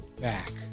back